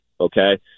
Okay